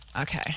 Okay